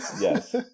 Yes